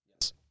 Yes